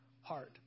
heart